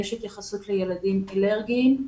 יש התייחסות לילדים אלרגיים.